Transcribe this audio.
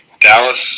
Dallas